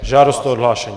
Žádost o odhlášení.